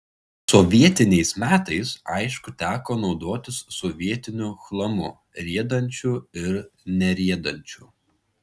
sovietiniais metais aišku teko naudotis sovietiniu chlamu riedančiu ir neriedančiu